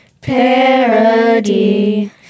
parody